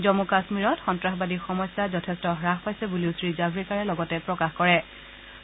জন্মু কাশীৰত সন্নাসবাদী সমস্যা যথেষ্ট হ্ৰাস পাইছে বুলিও শ্ৰীজাত্ৰেকাৰে লগতে প্ৰকাশ কৰিছে